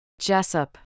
Jessup